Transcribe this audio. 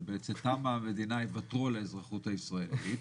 שבצאתם מהמדינה יוותרו את האזרחות הישראלית,